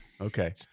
Okay